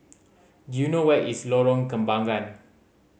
do you know where is Lorong Kembagan